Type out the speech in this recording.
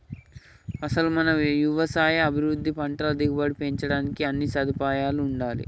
అసలు మన యవసాయ అభివృద్ధికి పంటల దిగుబడి పెంచడానికి అన్నీ సదుపాయాలూ ఉండాలే